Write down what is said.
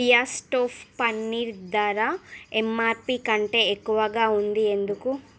as టోఫ్ పన్నీర్ ధర MRP కంటే ఎక్కువగా ఉంది ఎందుకు